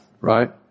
right